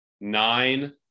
nine